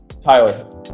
tyler